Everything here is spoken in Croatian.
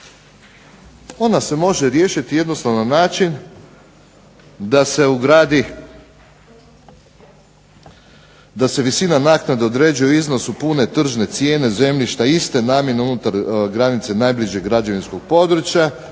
Ona se može riješiti na način da se ugradi, da se visina naknade određuje u iznosu pune tržne cijene zemljišta iste namjene unutar granice najbližeg građevinskog područja